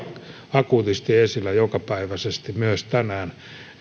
akuutisti esillä jokapäiväisesti myös tänään